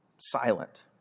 silent